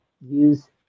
Use